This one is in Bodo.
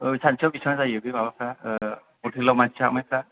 सानसेयाव बेसेबां जायो बे माबाफ्रा हथेलयाव मानसि हाबनायफ्रा